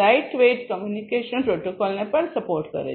lightweight communication પ્રોટોકોલને પણ support કરશે